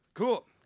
Cool